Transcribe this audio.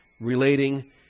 relating